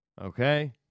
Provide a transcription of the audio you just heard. Okay